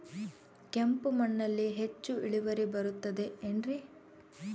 ಕೆಂಪು ಮಣ್ಣಲ್ಲಿ ಹೆಚ್ಚು ಇಳುವರಿ ಬರುತ್ತದೆ ಏನ್ರಿ?